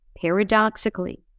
paradoxically